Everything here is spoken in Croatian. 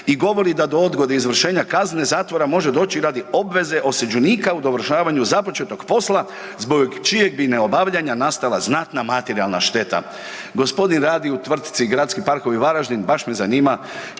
i govori da do odgode izvršenja kazne zatvora može doći radi obveze osuđenika u dovršavanju započetog posla zbog čijeg bi neobavljanja nastala znatna materijalna šteta. G. radi u tvrtci Gradski parkovi Varaždin, baš me zanima